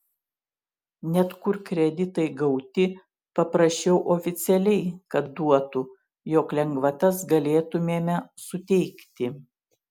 net kur kreditai gauti paprašiau oficialiai kad duotų jog lengvatas galėtumėme suteikti